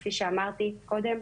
כפי שאמרתי קודם.